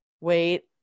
Wait